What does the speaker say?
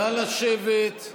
נא לשבת.